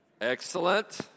Excellent